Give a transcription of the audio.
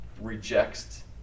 rejects